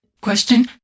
Question